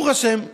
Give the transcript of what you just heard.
ברוך השם,